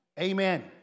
Amen